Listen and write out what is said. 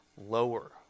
lower